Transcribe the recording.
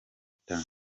itanu